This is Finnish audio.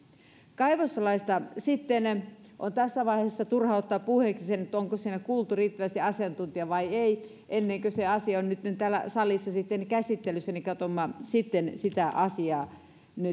kaivoslaista on tässä vaiheessa turha ottaa puheeksi sitä onko siinä kuultu riittävästi asiantuntijoita vai ei ennen kuin se asia on täällä salissa käsittelyssä katsomme sitten sitä asiaa